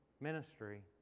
ministry